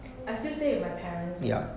I still stay with my parents [what]